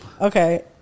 Okay